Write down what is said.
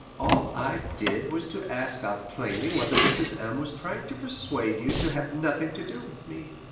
all i did was to ask out plainly whether mrs. m. was trying to persuade you to have nothing to do with me.